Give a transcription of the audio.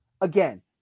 again